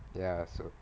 ya so